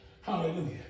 Hallelujah